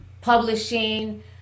publishing